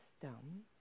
system